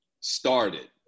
started